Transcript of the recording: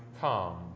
come